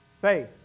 faith